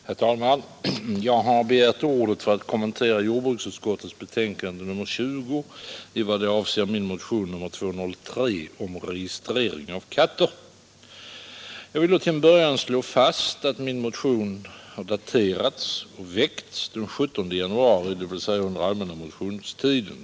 Herr talman! Jag har begärt ordet för att kommentera jordbruksutskottets betänkande nr 20 i vad det avser min motion nr 203 om registrering av katter. Till en början vill jag slå fast att min motion daterats och väckts den 17 januari, dvs. under den allmänna motionstiden.